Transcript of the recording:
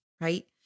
right